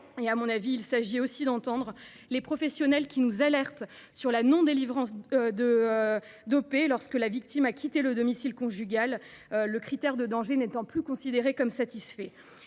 Nous devons aussi entendre les professionnels qui nous alertent sur la non délivrance d’OP lorsque la victime a quitté le domicile conjugal, le critère de danger n’étant plus considéré comme satisfait